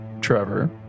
Trevor